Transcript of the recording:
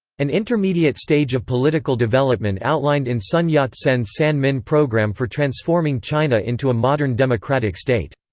an intermediate stage of political development outlined in sun yat-sen's san-min program for transforming china into a modern democratic state.